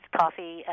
coffee